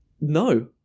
No